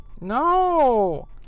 No